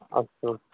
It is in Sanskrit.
अस्तु